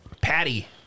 Patty